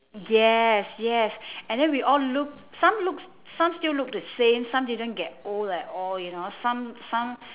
yes yes and then we all look some looks some still look the same some didn't get old at all you know some some